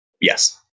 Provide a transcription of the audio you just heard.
Yes